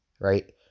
right